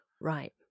Right